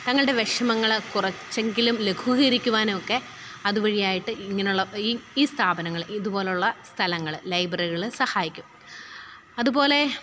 തങ്ങളുടെ വിഷമങ്ങൾ കുറച്ചെങ്കിലും ലഘൂകരിക്കുവാനുമൊക്കെ അതുവഴി ആയിട്ട് ഇങ്ങനെയുള്ള ഈ ഈ സ്ഥാപനങ്ങൾ ഇതുപോലുള്ള സ്ഥലങ്ങൾ ലൈബ്രറികൾ സഹായിക്കും അതുപോലെ